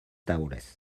taules